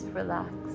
relax